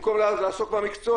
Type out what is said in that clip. במקום לעסוק במקצוע.